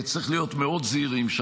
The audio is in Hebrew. צריך להיות זהירים מאוד,